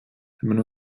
man